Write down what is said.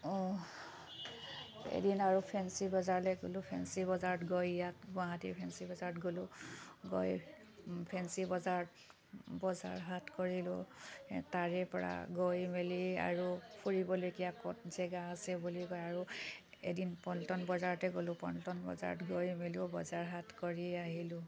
এদিন আৰু ফেঞ্চি বজাৰলৈ গ'লোঁ ফেঞ্চি বজাৰত গৈ ইয়াত গুৱাহাটীৰ ফেঞ্চি বজাৰত গ'লোঁ গৈ ফেঞ্চি বজাৰত বজাৰ হাট কৰিলোঁ তাৰেপৰা গৈ মেলি আৰু ফুৰিবলগীয়া ক'ত জেগা আছে বুলি আৰু এদিন পল্টন বজাৰতে গ'লোঁ পল্টন বজাৰত গৈ মেলিও বজাৰ হাট কৰি আহিলোঁ